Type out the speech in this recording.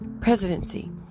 presidency